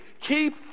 Keep